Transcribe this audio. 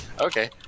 Okay